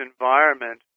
environment